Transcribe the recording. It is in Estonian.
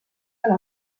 veel